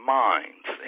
minds